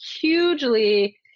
hugely